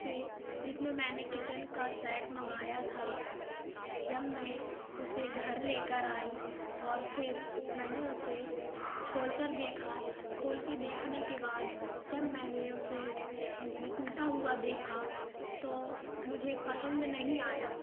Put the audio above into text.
से जिसमें मैंने किचन का सैट मंगाया था जब मैं उसे घर लेकर आई और फिर मैंने उसे खोल कर देखा खोल कर देखने के बाद जब मैंने उसे टूटा हुआ देखा तो मुझे पसंद नहीं आया